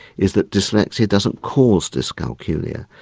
is that dyslexia doesn't cause dyscalculia.